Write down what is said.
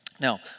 Now